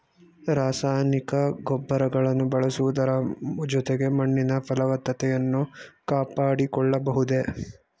ರಾಸಾಯನಿಕ ಗೊಬ್ಬರಗಳನ್ನು ಬಳಸುವುದರ ಜೊತೆಗೆ ಮಣ್ಣಿನ ಫಲವತ್ತತೆಯನ್ನು ಕಾಪಾಡಿಕೊಳ್ಳಬಹುದೇ?